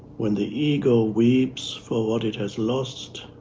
when the ego weeps for what it has lost,